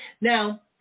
Now